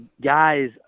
guys